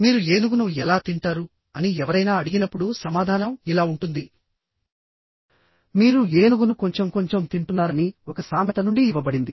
మీరు ఏనుగును ఎలా తింటారు అని ఎవరైనా అడిగినప్పుడు సమాధానం ఇలా ఉంటుంది మీరు ఏనుగును కొంచెం కొంచెం తింటున్నారని ఒక సామెత నుండి ఇవ్వబడింది